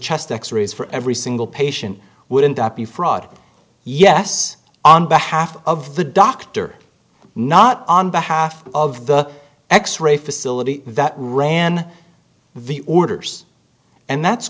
chest x rays for every single patient wouldn't that be fraud yes on behalf of the doctor not on behalf of the x ray facility that ran the orders and that's